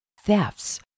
thefts